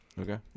Okay